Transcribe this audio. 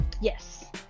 Yes